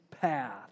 path